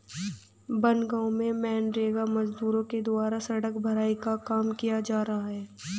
बनगाँव में मनरेगा मजदूरों के द्वारा सड़क भराई का काम किया जा रहा है